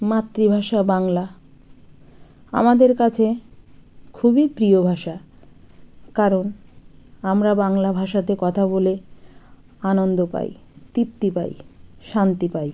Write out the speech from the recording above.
মাতৃভাষা বাংলা আমাদের কাছে খুবই প্রিয় ভাষা কারণ আমরা বাংলা ভাষাতে কথা বলে আনন্দ পাই তৃপ্তি পাই শান্তি পাই